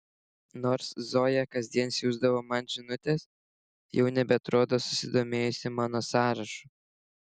nors zoja kasdien siųsdavo man žinutes jau nebeatrodo susidomėjusi mano sąrašu